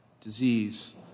disease